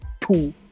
two